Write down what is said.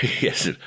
Yes